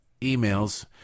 emails